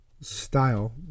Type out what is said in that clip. style